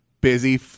busy